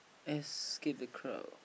escape the crowd